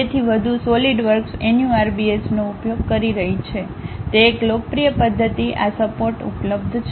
SolidWorks NURBS નો ઉપયોગ કરી રહી છે તે એક લોકપ્રિય પદ્ધતિ આ સપોર્ટ ઉપલબ્ધ છે